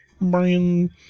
Brian